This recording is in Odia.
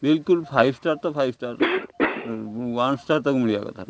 ବିଲ୍କୁଲ୍ ଫାଇଭ୍ ଷ୍ଟାର୍ ତ ଫାଇଭ୍ ଷ୍ଟାର୍ ୱାନ୍ ଷ୍ଟାର୍ ତ ମିଳିବା କଥା